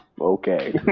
Okay